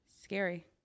Scary